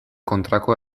kontrako